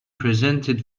presented